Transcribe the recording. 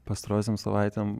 pastarosiom savaitėm